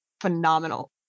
phenomenal